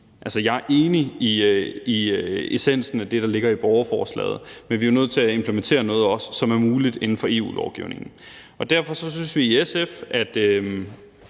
Jeg er enig i essensen af det, der ligger i borgerforslaget, men vi er nødt til at implementere noget, der er muligt inden for EU-lovgivningen. Derfor synes vi i SF, at